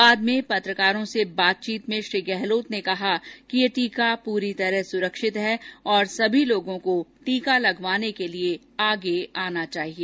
बाद में पत्रकारों से बातचीत में श्री गहलोत ने कहा कि यह टीका पूरी तरह सुरक्षित है और सभी लोगों को टीका लगवाने के लिए आगे आना चाहिए